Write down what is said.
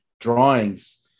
drawings